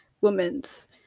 women's